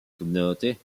communauté